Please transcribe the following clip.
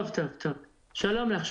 כלומר,